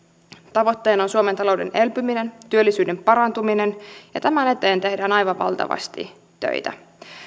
tavoitteena on suomen talouden elpyminen työllisyyden parantuminen ja tämän eteen tehdään aivan valtavasti töitä